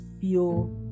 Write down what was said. feel